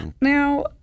Now